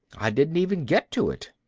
i didn't even get to it.